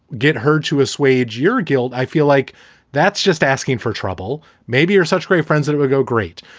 get her to assuage your guilt. i feel like that's just asking for trouble. maybe you're such great friends that it will go great.